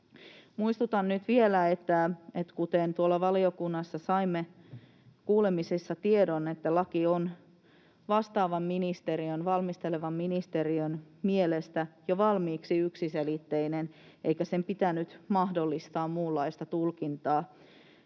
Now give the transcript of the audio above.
Muistutan nyt vielä, että kuten tuolla valiokunnassa saimme kuulemisessa tiedon, laki on vastaavan ministeriön, valmistelevan ministeriön, mielestä jo valmiiksi yksiselitteinen eikä sen pitänyt mahdollistaa muunlaista tulkintaa